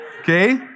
okay